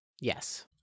yes